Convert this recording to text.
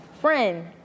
Friend